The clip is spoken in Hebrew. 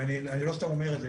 ואני לא סתם אומר את זה,